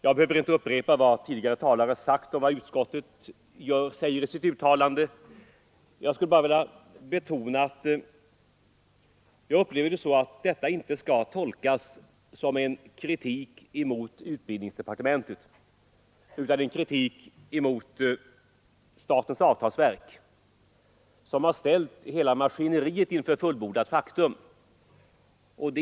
Jag behöver inte upprepa vad tidigare talare har sagt och vad utskottet säger i sitt betänkande. Jag vill bara betona att detta skall tolkas som kritik inte mot utbildningsdepartementet utan mot statens avtalsverk, som har ställt hela maskineriet inför fullbordat faktum.